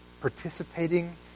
participating